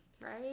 right